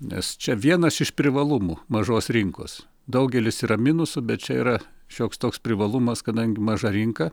nes čia vienas iš privalumų mažos rinkos daugelis yra minusų bet čia yra šioks toks privalumas kadangi maža rinka